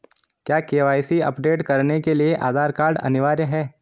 क्या KYC update करने के लिए आधार कार्ड अनिवार्य है?